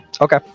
okay